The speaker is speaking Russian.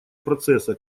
процесса